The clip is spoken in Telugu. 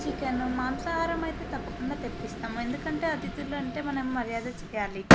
చికెన్ మాంసాహారం అయితే తప్పకుండా తెప్పిస్తాము ఎందుకంటే అతిథులు అంటే మనం మర్యాద చేయాలి